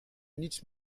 niets